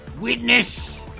witness